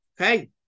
Okay